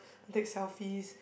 take selfie